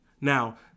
now